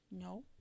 No